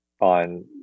on